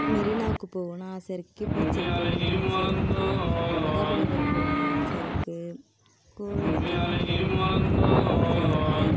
மெரினாவுக்கு போகணும் ஆசை இருக்குது பீச்சுக்கு போகணும் ஆசையாக இருக்குது மகாபலிபுரம் போகணும் ஆசை இருக்குது கோவிலுக்கெல்லாம் போகணுனு எனக்கு ரொம்ப ஆசையாக இருக்குது